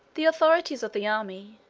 the authorities of the army,